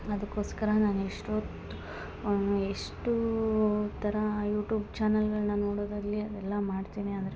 ಅದ್ಕೋಸ್ಕರ ನಾನು ಎಷ್ಟೊತ್ತು ಎಷ್ಟು ಥರ ಯೂಟ್ಯೂಬ್ ಚಾನಲ್ಗಳ್ನ ನೋಡೋದಾಗಲಿ ಅದೆಲ್ಲ ಮಾಡ್ತೀನಿ ಅಂದರೆ